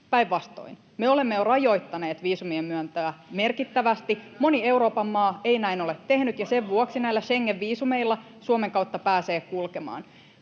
päinvastoin. Me olemme jo rajoittaneet viisumien myöntöä merkittävästi. Moni Euroopan maa ei näin ole tehnyt, ja sen vuoksi näillä Schengen-viisumeilla Suomen kautta pääsee kulkemaan.